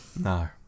No